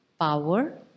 Power